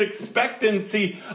expectancy